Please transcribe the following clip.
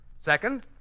Second